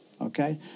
Okay